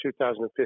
2015